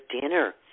dinner